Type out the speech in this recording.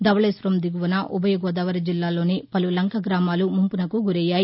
ధవకేశ్వరం దిగువన ఉభయ గోదావరి జిల్లాలోని పలు లంక గ్రామాలు ముంపుకు గురయ్యాయి